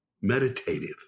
meditative